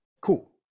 cool